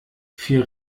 vier